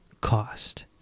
cost